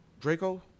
Draco